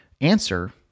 answer